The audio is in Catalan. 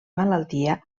malaltia